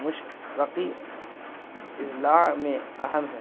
مشرقی اضلاع میں اہم ہے